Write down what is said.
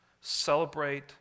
celebrate